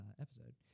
episode